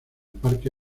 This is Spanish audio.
parque